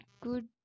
good